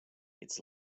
its